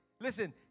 listen